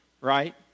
right